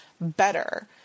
better